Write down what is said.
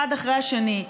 אחד אחרי השני.